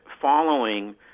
following